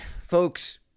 folks